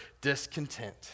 discontent